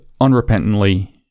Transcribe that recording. unrepentantly